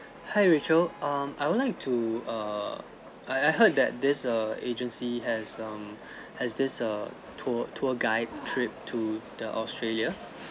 hi rachel um I would like to err I I heard that this err agency has um has this err tour tour guide trip to the australia